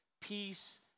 peace